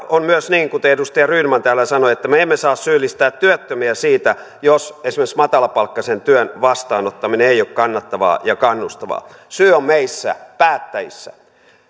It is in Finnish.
on myös niin kuten edustaja rydman täällä sanoi että me emme saa syyllistää työttömiä siitä jos esimerkiksi matalapalkkaisen työn vastaanottaminen ei ole kannattavaa ja kannustavaa syy on meissä päättäjissä